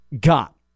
got